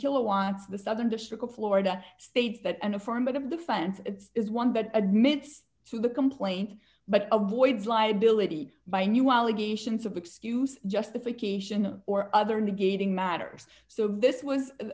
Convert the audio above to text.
wants the southern district of florida states that an affirmative defense its one but admits to the complaint but avoids liability by new allegations of excuse justification or other negating matters so this